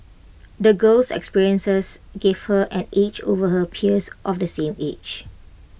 the girl's experiences gave her an edge over her peers of the same age